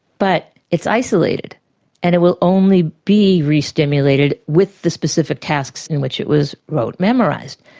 but it's isolated and it will only be restimulated with the specific tasks in which it was rote memorised.